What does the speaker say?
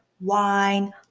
wine